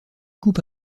coupe